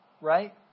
right